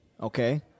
okay